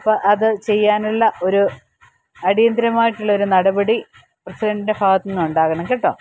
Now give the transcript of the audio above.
അപ്പോൾ അത് ചെയ്യാനുള്ള ഒരു അടിയന്തരമായിട്ടുള്ള ഒരു നടപടി പ്രസിഡന്റിന്റെ ഭാഗത്ത് നിന്നുണ്ടാവണം കേട്ടോ